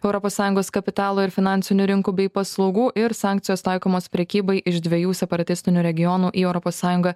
europos sąjungos kapitalo ir finansinių rinkų bei paslaugų ir sankcijos taikomos prekybai iš dviejų separatistinių regionų į europos sąjungą